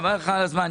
חבל לך על הזמן.